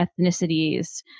ethnicities